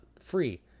Free